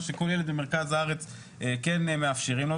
מה שכל ילד במרכז הארץ כן מאפשרים לו,